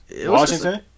Washington